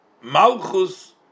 malchus